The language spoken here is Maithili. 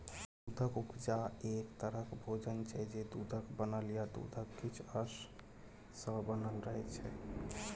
दुधक उपजा एक तरहक भोजन छै जे दुधक बनल या दुधक किछ अश सँ बनल रहय छै